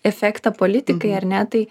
efektą politikai ar ne tai